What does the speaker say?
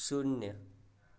शून्य